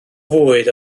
fwyd